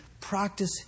practice